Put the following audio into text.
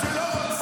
-- לחברה ראויה,